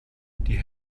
die